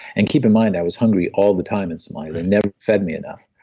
and keep in mind i was hungry all the time in somalia, they never fed me enough,